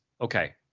okay